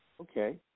Okay